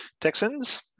Texans